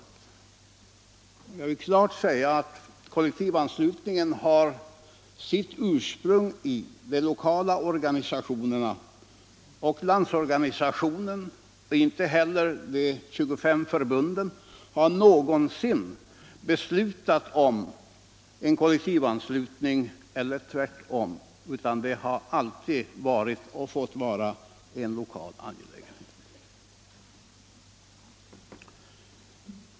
Jag vill alltså klart säga att kollektivanslutningen har sitt ursprung i de lokala organisationerna, och varken Landsorganisationen eller de 25 förbunden har någonsin beslutat för eller emot en kollektivanslutning. Det har alltid fått vara en lokal angelägenhet.